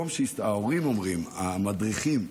ההורים אומרים, המדריכים: